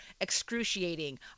excruciating